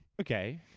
Okay